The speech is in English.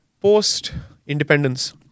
post-independence